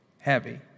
heavy